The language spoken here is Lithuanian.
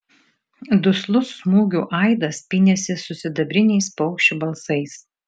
duslus smūgių aidas pynėsi su sidabriniais paukščių balsais